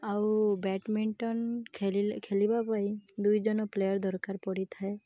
ଆଉ ବ୍ୟାଡ଼ମିଣ୍ଟନ୍ ଖେଳିବା ପାଇଁ ଦୁଇଜଣ ପ୍ଲେୟର୍ ଦରକାର ପଡ଼ିଥାଏ